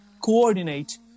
coordinate